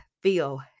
feel